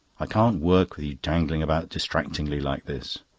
i can't work with you dangling about distractingly like this.